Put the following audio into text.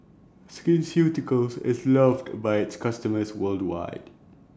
Skin Ceuticals IS loved By its customers worldwide